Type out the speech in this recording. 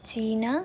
China